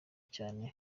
cyane